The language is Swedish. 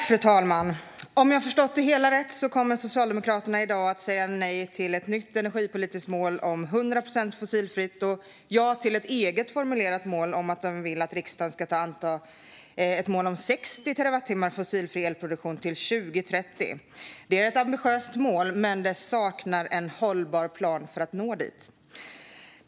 Fru talman! Om jag har förstått det hela rätt kommer Socialdemokraterna i dag att säga nej till ett nytt energipolitiskt mål om 100 procent fossilfritt och ja till ett eget formulerat mål om att riksdagen ska anta ett mål om 60 terawattimmar fossilfri elproduktion till 2030. Det är ett ambitiöst mål, men det saknas en hållbar plan för att nå dit.